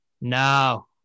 No